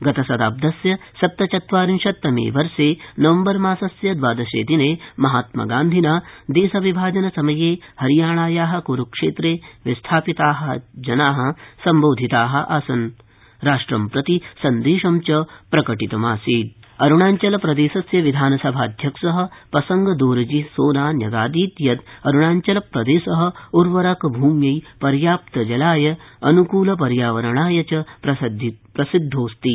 गतशताब्दस्य सप्तचत्वारिंशत्तमे वर्षे नवम् रमासस्य द्वादशे दिने महात्मगान्धिना देशविभाजनसमये हरियाणाया क्रुक्षेत्रे विस्थापिता जना सम्पोधिता आसन प राष्ट्रं प्रति सन्देशं च प्रेषितम आसीत अरुणाचल विधानसभा अरुणाचलप्रदेशस्य विधानसभाध्यक्ष संग दोरजी सोना न्यगादीत ्यत ्अरुणाचलप्रदेश उर्वरक भूम्यै र्याप्तजलाय अन्कुल र्यावरणाय च प्रसिद्धोऽस्ति